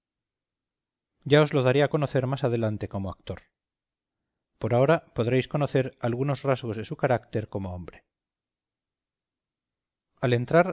os lo daré a conocer más adelante como actor por ahora podréis conocer algunos rasgos de su carácter como hombre al entrar